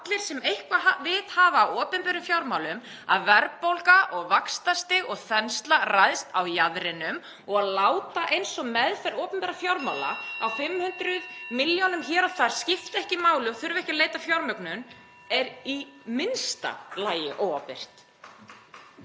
allir sem eitthvert vit hafa á opinberum fjármálum að verðbólga og vaxtastig og þensla ræðst á jaðrinum. Og að láta eins og meðferð opinberra fjármála, (Forseti hringir.) á 500 milljónum hér og þar, skipti ekki máli og það þurfi ekki að leita að fjármögnun er í minnsta lagi óábyrgt.